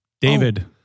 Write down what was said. David